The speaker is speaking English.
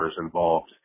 involved